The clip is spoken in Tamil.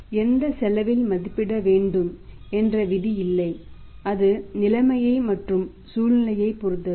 எனவே எந்த செலவில் மதிப்பிடப்பட வேண்டும் என்ற விதி இல்லை அது நிலைமை மற்றும் சூழ்நிலையைப் பொறுத்தது